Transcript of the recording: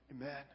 Amen